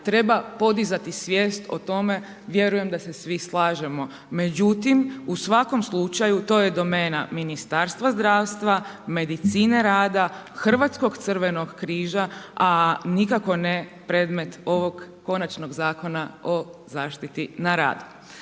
treba podizati svijest o tome, vjerujem da se svi slažemo, međutim u svakom slučaju to je domena Ministarstva zdravstva, medicine rada, Hrvatskog crvenog križa, a nikako ne predmet ovog konačnog zakona o zaštiti na radu.